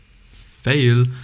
fail